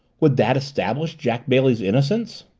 would that establish jack bailey's innocence?